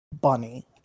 Bunny